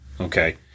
Okay